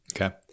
Okay